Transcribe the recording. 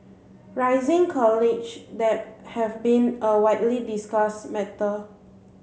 rising college debt has been a widely discussed matter